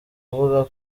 avuga